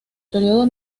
periodo